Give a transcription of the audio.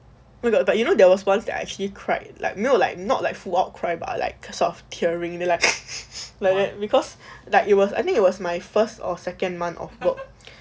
where got but you know there was once I actually cried like 没有 like not like full out cry but I like sort of tearing like like that because like it was I think it was my first or second month of work